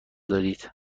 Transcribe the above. دارید